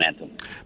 momentum